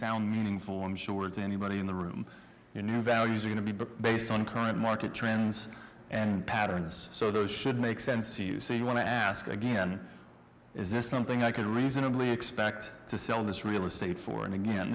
sound meaningful i'm sure to anybody in the room you knew values are going to be based on current market trends and patterns so those should make sense to you so you want to ask again is this something i could reasonably expect to sell this real estate for and again